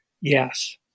yes